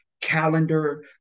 calendar